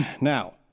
now